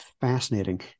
fascinating